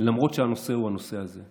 למרות שהנושא הוא הנושא הזה,